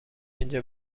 اینجا